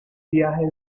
viaje